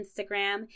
Instagram